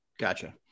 Gotcha